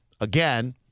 again